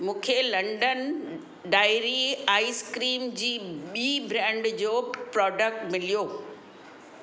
मूंखे London Dairy ice cream जी ॿी ब्रांड जो प्रॉडक्ट मिलियो